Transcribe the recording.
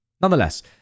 Nonetheless